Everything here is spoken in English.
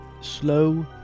slow